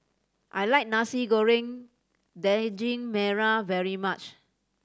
I like Nasi Goreng Daging Merah very much